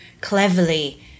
cleverly